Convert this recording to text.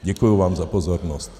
Děkuji vám za pozornost.